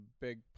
big